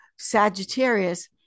Sagittarius